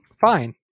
fine